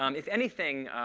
um if anything,